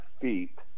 feet